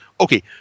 okay